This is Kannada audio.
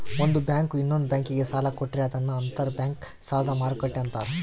ಒಂದು ಬ್ಯಾಂಕು ಇನ್ನೊಂದ್ ಬ್ಯಾಂಕಿಗೆ ಸಾಲ ಕೊಟ್ರೆ ಅದನ್ನ ಅಂತರ್ ಬ್ಯಾಂಕ್ ಸಾಲದ ಮರುಕ್ಕಟ್ಟೆ ಅಂತಾರೆ